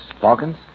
Falcons